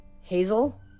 Hazel